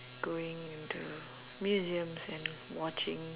going into museums and watching